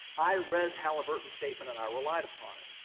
i read halliburton's statement and i relied upon it.